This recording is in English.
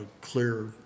clear